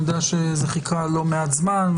אני יודע שזה חיכה לא מעט זמן.